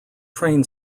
train